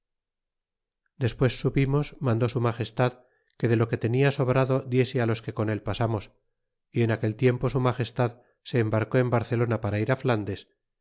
despres supimos mandó su magastad que de lo que tenia sobrado diese á los que con el pasamos y en aquel tiempo su magestad se embarcó en barcelona para ir á flandes